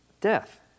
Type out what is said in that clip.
Death